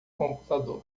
computador